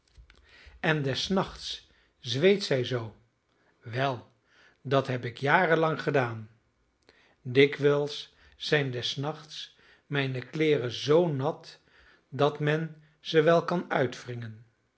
en des nachts zweet zij zoo wel dat heb ik jarenlang gedaan dikwijls zijn des nachts mijne kleeren zoo nat dat men ze wel kan uitwringen